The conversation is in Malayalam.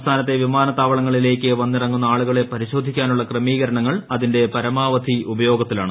സംസ്ഥാനത്തെ വിമാനത്താവള ങ്ങളിലേക്ക് വന്നിറങ്ങുന്ന ആളുകളെ പരിശോധിക്കാനുള്ള ക്രമീകരണങ്ങൾ അതിന്റെ പരമാവധി ഉപയോഗത്തിലാണ്